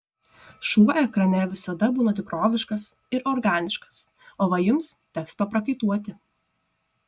šuo ekrane visada būna tikroviškas ir organiškas o va jums teks paprakaituoti